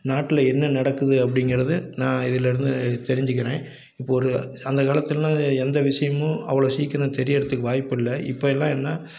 நாட்டில் என்ன நடக்குது அப்படிங்குறது நான் இதுலயிருந்து தெரிஞ்சிக்கிறேன் இப்போ ஒரு அந்த காலத்திலல்லாம் எந்த விஷயமும் அவ்வளோ சீக்கிரம் தெரிகிறத்துக்கு வாய்ப்பு இல்லை இப்போ எல்லாம் என்னா